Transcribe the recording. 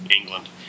England